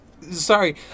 Sorry